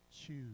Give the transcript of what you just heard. choose